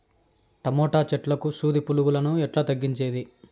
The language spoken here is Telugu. టమోటా చెట్లకు సూది పులుగులను ఎట్లా తగ్గించేది?